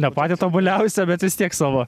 ne patį tobuliausią bet vis tiek savo